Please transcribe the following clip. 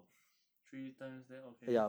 three times that okay